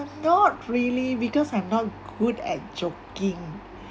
not really because I'm not good at joking